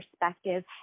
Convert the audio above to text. perspective